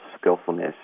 skillfulness